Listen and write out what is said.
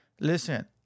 Listen